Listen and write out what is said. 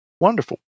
Wonderful